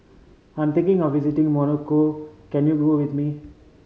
I'm thinking of visiting Morocco can you go with me